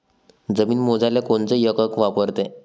जमीन मोजाले कोनचं एकक वापरते?